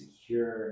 secure